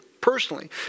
personally